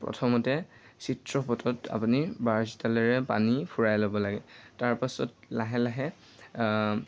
প্ৰথমতে চিত্ৰপটত আপুনি ব্ৰাছডালেৰে পানী ফুৰাই ল'ব লাগে তাৰপাছত লাহে লাহে